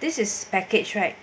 this is package right